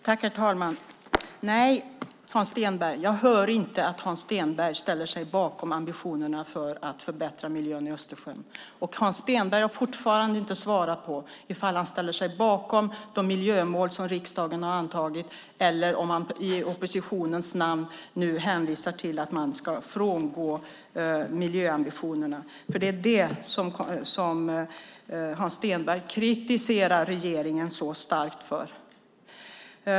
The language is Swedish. Herr talman! Nej, jag hör inte att Hans Stenberg ställer sig bakom ambitionerna för att förbättra miljön i Östersjön, och Hans Stenberg har fortfarande inte svarat på om han ställer sig bakom de miljömål som riksdagen har antagit eller om han i oppositionens namn nu hänvisar till att man ska frångå miljöambitionerna. Det är nämligen det Hans Stenberg kritiserar regeringen så starkt för.